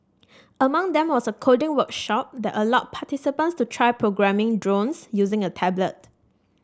among them was a coding workshop that allowed participants to try programming drones using a tablet